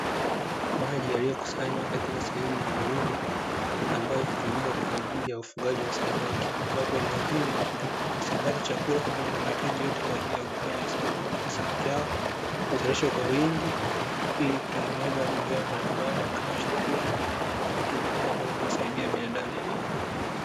Maji yaliyokusanywa katika sehemu maalumu ambayo hutumika kwa ajili ya ufugaji wa samaki, ambapo eneo hilo husambaza chakula pamoja na mahitaji yote kwa ajii ya ukuaji wa samaki. Samaki hao huzalishwa kwa wingi, ili kutengeneza bidhaa mbalimbali kama chakula, na vitu vingine ambavyo uwasaidia binadamu.